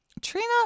Trina